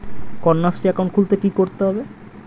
Kanyashree account খুলতে কী করতে হবে?